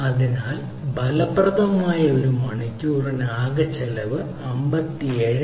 അതിനാൽ ഫലപ്രദമായ ഒരു മണിക്കൂറിന് ആകെ ചെലവ് 57